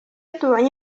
tubonye